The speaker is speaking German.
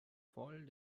voll